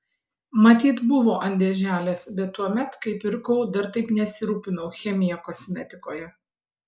matyt buvo ant dėželės bet tuomet kai pirkau dar taip nesirūpinau chemija kosmetikoje